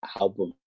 album